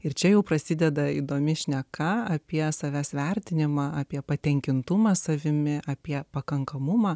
ir čia jau prasideda įdomi šneka apie savęs vertinimą apie patenkintumą savimi apie pakankamumą